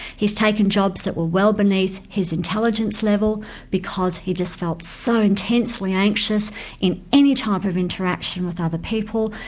he's taken jobs that were well beneath his intelligence level because he just felt so intensely anxious in any type of interaction with other people,